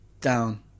down